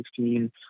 2016